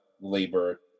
labor